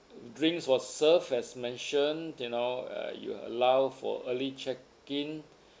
drinks were served as mentioned you know uh you allow for early check-in